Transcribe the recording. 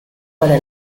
para